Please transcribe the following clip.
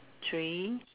three